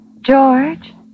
George